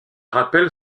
rappelle